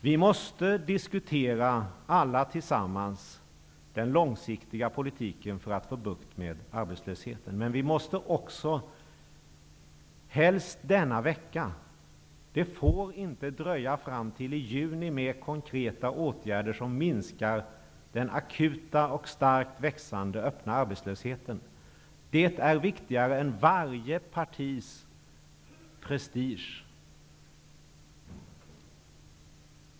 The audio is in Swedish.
Vi måste alla tillsammans diskutera den långsiktiga politiken för att få bukt med arbetslösheten. Men vi måste också, helst denna vecka -- det får inte dröja till fram i juni -- besluta om konkreta åtgärder som minskar den akuta och starkt växande öppna arbetslösheten. Det är viktigare än varje partis prestige.